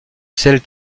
celles